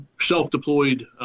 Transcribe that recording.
self-deployed